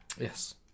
Yes